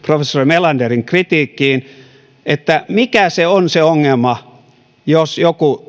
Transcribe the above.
professori melanderin kritiikkiin mikä se on se ongelma jos joku